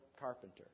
carpenter